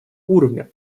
уровня